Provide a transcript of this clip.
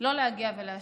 לא להגיע ולהשיב.